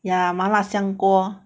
ya 麻辣香锅